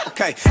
Okay